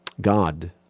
God